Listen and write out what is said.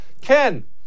Ken